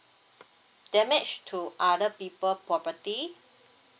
damage to other people property